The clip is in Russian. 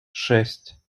шесть